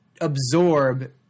absorb